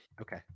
Okay